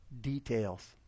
Details